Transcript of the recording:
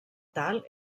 tal